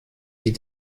sie